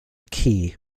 key